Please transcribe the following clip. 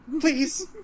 Please